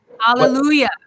Hallelujah